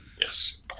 Yes